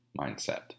mindset